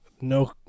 no